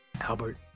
Albert